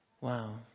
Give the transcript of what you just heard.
Wow